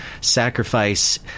sacrifice